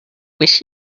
wish